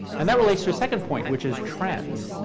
and that relates to a second point, which is trends.